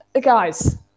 guys